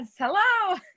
Hello